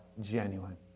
genuine